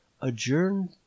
adjourned